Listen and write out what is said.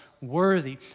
Worthy